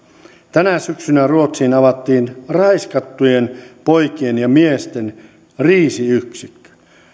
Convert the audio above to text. tänä syksynä ruotsiin avattiin raiskattujen poikien ja miesten kriisiyksikkö